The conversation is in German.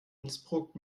innsbruck